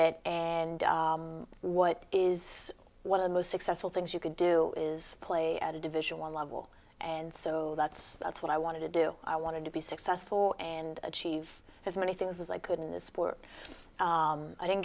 it and what is one of the most successful things you could do is play at a division one level and so that's that's what i wanted to do i wanted to be successful and achieve as many things as i could in this sport i didn't